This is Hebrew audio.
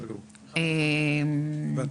דרך